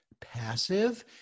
passive